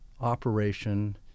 operation